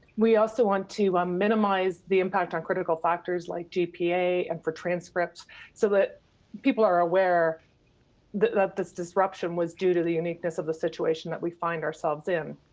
we also want to minimize the impact on critical factors like gpa and for transcripts so that people are aware that this disruption was due to the uniqueness of the situation that we find ourselves in.